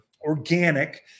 organic